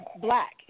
black